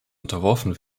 unterworfen